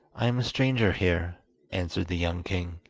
i am a stranger here answered the young king,